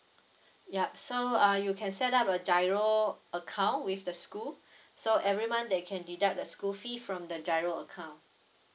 yup so uh you can set up a giro account with the school so every month they can deduct the school fee from the giro account